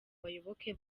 bayoboke